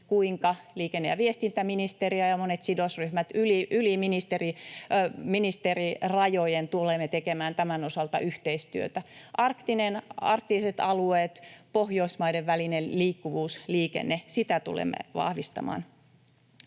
kuinka liikenne- ja viestintäministeriö ja monet sidosryhmät yli ministerirajojen tulevat tekemään tämän osalta yhteistyötä. Arktiset alueet, Pohjoismaiden välinen liikkuvuus, liikenne, niitä tulemme vahvistamaan.